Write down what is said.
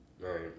Right